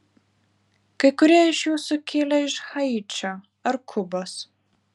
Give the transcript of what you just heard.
kai kurie iš jūsų kilę iš haičio ar kubos